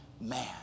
man